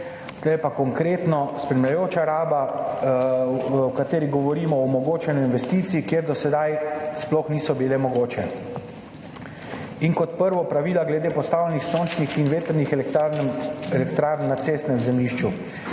tu pa je konkretno spremljajoča raba, v katerem govorimo o omogočanju investicij, kjer do sedaj sploh niso bile mogoče. Kot prvo, pravila glede postavljenih sončnih in vetrnih elektrarn na cestnem zemljišču.